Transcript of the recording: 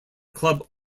club